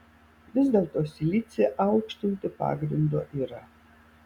vis dėlto silicį aukštinti pagrindo yra